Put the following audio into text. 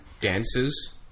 dances